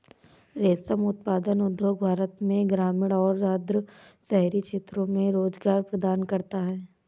रेशम उत्पादन उद्योग भारत में ग्रामीण और अर्ध शहरी क्षेत्रों में रोजगार प्रदान करता है